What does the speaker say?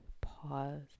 pause